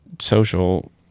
social